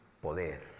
poder